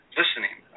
listening